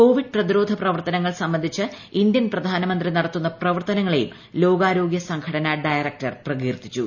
Covid പ്രതിരോധ പ്രവർത്തനങ്ങൾ സംബന്ധിച്ച് ഇന്ത്യൻ പ്രധാനമന്ത്രി നടത്തുന്ന പ്രവർത്തനങ്ങളെയും ലോകാരോഗൃ സംഘടന ഡയറക്ടർ പ്രകീർത്തിച്ചു